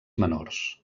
menors